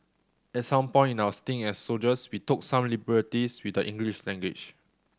at some point in our stint as soldiers we took some liberties with the English language